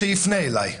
שיפנה אליו.